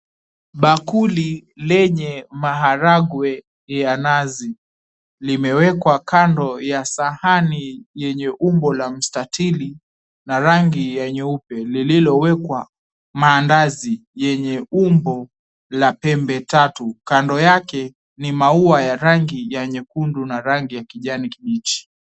Bakuli lenye maharagwe ya nazi limewekwa kando ya sahani yenye umbo la mstatili na rangi ya nyeupe, lililowekwa maandazi yenye umbo la pembe tatu. Kando yake ni maua ya rangi ya nyekundu na rangi ya kijani kibichi.